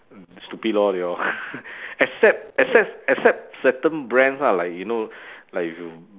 stupid lor they all except except except certain brands lah like you know like if you